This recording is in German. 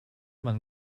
man